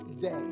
day